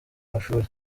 amashuri